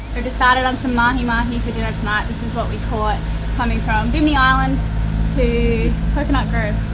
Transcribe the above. and decided on some mahi-mahi for dinner tonight. this is what we caught coming from bimini island to coconut grove.